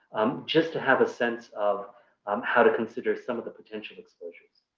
just to have a sense of um how to consider some of the potential exposures.